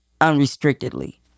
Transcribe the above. unrestrictedly